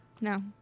No